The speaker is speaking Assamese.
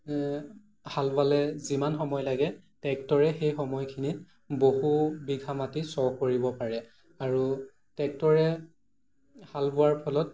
হাল বালে যিমান সময় লাগে ট্ৰেক্টৰে সেই সময়খিনিত বহু বিঘা মাটি চহ কৰিব পাৰে আৰু ট্ৰেক্টৰে হাল বোৱাৰ ফলত